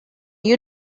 you